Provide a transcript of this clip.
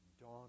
dawn